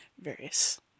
various